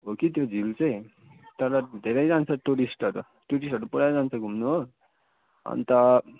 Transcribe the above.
हो कि त्यो झिल चाहिँ तर धेरै जान्छ टुरिस्टहरू टुरिस्टहरू पुरा जान्छ घुम्नु हो अन्त